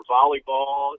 Volleyball